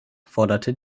fordert